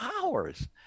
hours